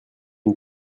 une